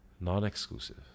non-exclusive